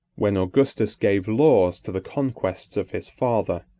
when augustus gave laws to the conquests of his father,